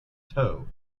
tow